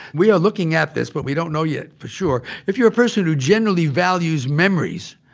we are looking at this but we don't know yet for sure if you're a person who generally values memories,